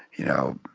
you know,